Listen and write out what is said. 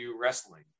wrestling